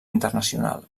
internacional